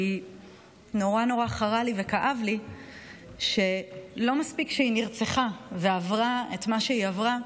כי נורא חרה לי וכאב לי שלא מספיק שהיא נרצחה ועברה מה שהיא עברה,